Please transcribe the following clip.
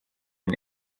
and